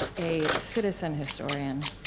a citizen historian,